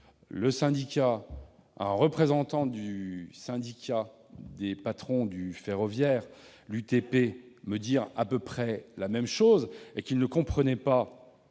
entendu un représentant du syndicat des patrons du ferroviaire, l'UTP, me dire à peu près la même chose et me confier qu'il ne comprenait pas